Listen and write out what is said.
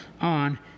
on